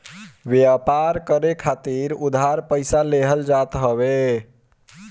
व्यापार करे खातिर उधार पईसा लेहल जात हवे